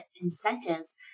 incentives